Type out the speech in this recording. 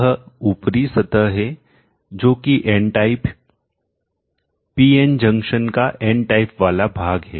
यह ऊपरी सतह है जो कि N टाइप पीएन जंक्शन का N टाइप वाला भाग है